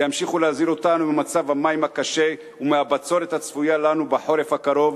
וימשיכו להזהיר אותנו ממצב המים הקשה ומהבצורת הצפויה לנו בחורף הקרוב,